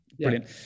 brilliant